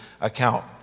account